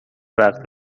وقت